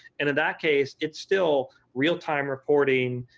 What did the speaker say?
and in that case it's still real time reporting,